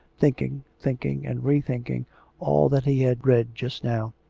thinking, thinking and re-thinking all that he had read just now.